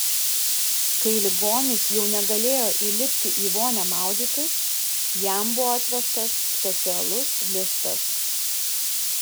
kai ligonis jau negalėjo įlipti į vonią maudytis jam buvo atvežtas specialus liftas